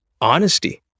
honesty